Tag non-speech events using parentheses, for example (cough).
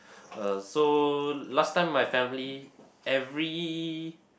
(breath) uh so last time my family every